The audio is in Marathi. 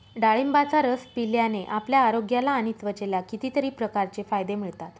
डाळिंबाचा रस पिल्याने आपल्या आरोग्याला आणि त्वचेला कितीतरी प्रकारचे फायदे मिळतात